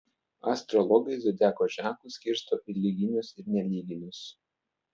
astrologai zodiako ženklus skirsto į lyginius ir nelyginius